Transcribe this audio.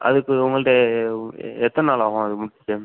அதுக்கு உங்கள்கிட்ட எத்தனை நாள் ஆகும் அது முடிக்க